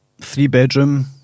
Three-bedroom